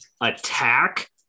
Attack